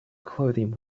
clothing